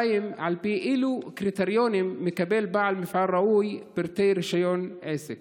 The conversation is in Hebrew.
2. על פי אילו קריטריונים מקבל בעל מפעל ראוי פרטי רישיון עסק?